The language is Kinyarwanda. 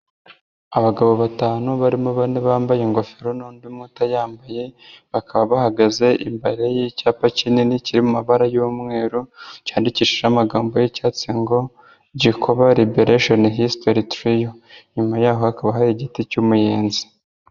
Abagabo batanu barimo bane bambaye ingofero n'undi umwe utayambaye, bakaba bahagaze imbere y'icyapa kinini kiri mu mabara y'umweru, cyandikishije amagambo y'icyatsi ngo Gikoba riberesheni hisitori tiriyo. Inyuma yaho hakaba hari igiti cy'umuyenzi.